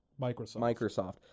Microsoft